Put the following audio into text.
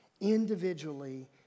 individually